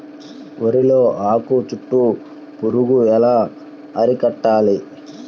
వరిలో ఆకు చుట్టూ పురుగు ఎలా అరికట్టాలి?